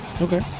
Okay